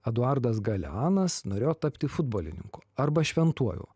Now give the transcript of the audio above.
eduardas galeanas norėjo tapti futbolininku arba šventuoju